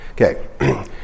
Okay